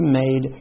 made